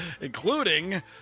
including